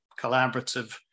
collaborative